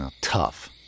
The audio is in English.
Tough